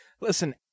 Listen